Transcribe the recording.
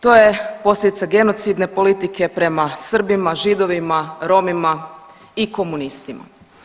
To je posljedica genocidne politike prema Srbima, Židovima, Romima i komunistima.